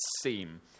seem